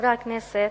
חברי הכנסת,